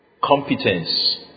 competence